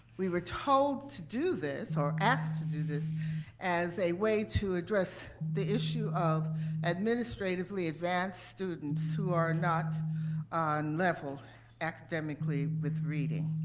we were told to do this or asked to do this as a way to address the issue of administratively advanced students who are not on level academically with reading.